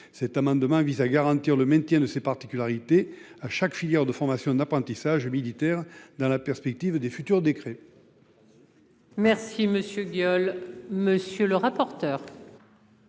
cet amendement vise à garantir le maintien de ses particularités. À chaque filière de formation d'apprentissage militaire dans la perspective des futurs décrets.